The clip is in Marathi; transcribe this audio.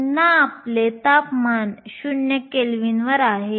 पुन्हा आपले तापमान 0 केल्विन आहे